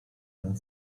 non